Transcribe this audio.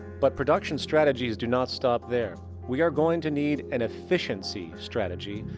but production strategies do not stop there. we are going to need an efficiency strategy,